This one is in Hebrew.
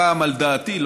הפעם על דעתי,